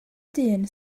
dyn